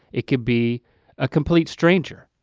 it could be a complete stranger.